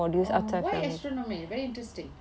oh why astronomy very interesting